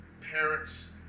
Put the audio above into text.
parents